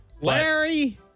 Larry